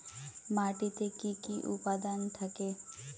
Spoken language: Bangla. মাটিতে কি কি উপাদান থাকে?